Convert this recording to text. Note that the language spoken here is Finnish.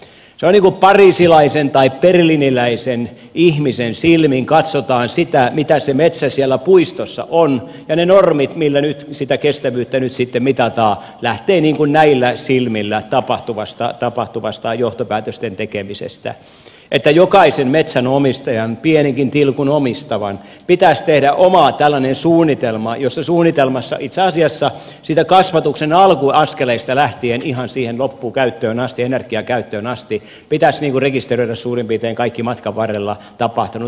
siinä niin kuin pariisilaisen tai berliiniläisen ihmisen silmin katsotaan sitä mitä se metsä siellä puistossa on ja ne normit millä sitä kestävyyttä sitten mitataan lähtevät näillä silmillä tapahtuvasta johtopäätösten tekemisestä että jokaisen metsänomistajan pienenkin tilkun omistavan pitäisi tehdä oma tällainen suunnitelma jossa itse asiassa niistä kasvatuksen alkuaskeleista lähtien ihan siihen loppukäyttöön asti energiakäyttöön asti pitäisi rekisteröidä suurin piirtein kaikki matkan varrella tapahtunut